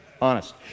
Honest